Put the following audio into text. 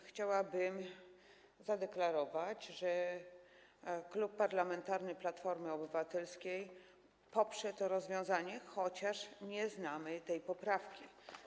Chciałabym zadeklarować, że Klub Parlamentarny Platforma Obywatelska poprze to rozwiązanie, chociaż nie znamy tej poprawki.